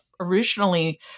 originally